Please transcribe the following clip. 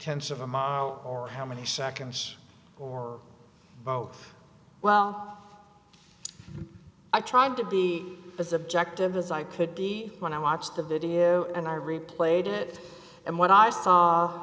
chance of a mile or how many seconds or both well i tried to be as objective as i could be when i watched the video and i replayed it and what i saw